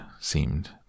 seemed